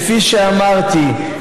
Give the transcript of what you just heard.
כפי שאמרתי,